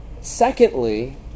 Secondly